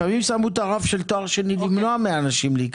אבל לפעמים שמו את הרף הזה של תואר שני למנוע מאנשים להיכנס.